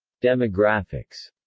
demographics